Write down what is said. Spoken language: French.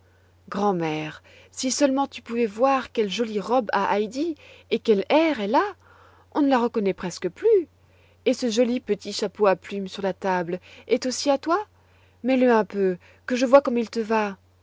grand'mère si seulement tu pouvais voir quelle jolie robe a heidi et quel air elle a on ne la reconnaît presque plus et ce joli petit chapeau à plumes sur la table est aussi à toi mets-le un peu que je voie comme il te va